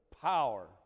power